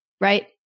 Right